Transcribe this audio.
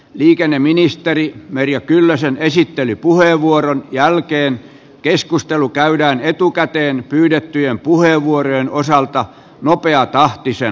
liikenneministeri merja kyllösen esittelypuheenvuoron jälkeen keskustelu käydään etukäteen pyydettyjen puheenvuorojen osalta nopeatahtisena